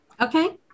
Okay